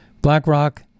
BlackRock